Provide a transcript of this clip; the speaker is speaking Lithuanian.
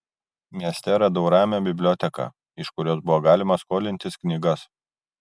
mieste radau ramią biblioteką iš kurios buvo galima skolintis knygas